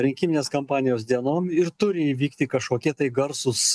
rinkiminės kampanijos dienom ir turi įvykti kažkokie tai garsūs